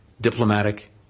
diplomatic